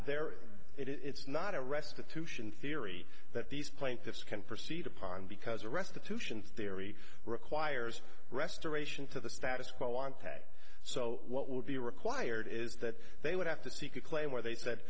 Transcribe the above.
there is it's not a restitution theory that these plaintiffs can proceed upon because a restitution theory requires restoration to the status quo on pay so what would be required is that they would have to seek a claim where they said